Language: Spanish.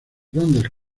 bandas